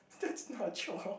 that's not chores